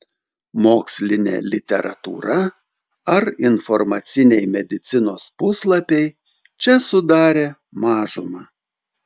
mokslinė literatūra ar informaciniai medicinos puslapiai čia sudarė mažumą